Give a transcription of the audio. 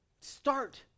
start